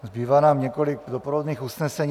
Zbývá nám několik doprovodných usnesení.